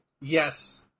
Yes